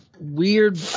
weird